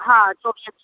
हा चोवीह